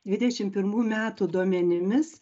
dvidešim pirmų metų duomenimis